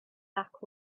back